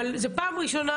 אבל זו פעם ראשונה